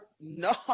no